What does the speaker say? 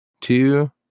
two